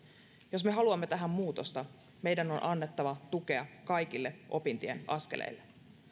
jos me haluamme tähän muutosta meidän on annettava tukea kaikille opintien askelille